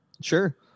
Sure